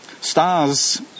Stars